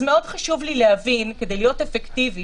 מאוד חשוב לי להבין כדי להיות אפקטיבית.